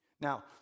Now